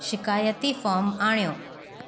शिकाइती form आणियो